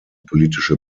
politische